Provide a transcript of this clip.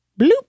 bloop